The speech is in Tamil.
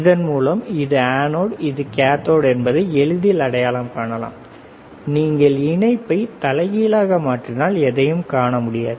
இதன் மூலம் இது அனோட் இது கேத்தோடு என்பதை எளிதில் அடையாளம் காணலாம் நீங்கள் இணைப்பை தலைகீழாக மாற்றினால் எதையும் காண முடியாது